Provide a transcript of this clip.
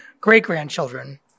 great-grandchildren